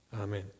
Amen